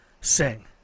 Sing